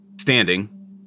standing